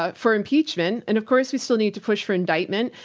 ah for impeachment, and of course we still need to push for indictment,